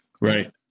right